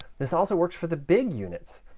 this also works for the big units.